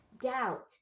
doubt